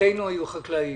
אבותינו היו חקלאים.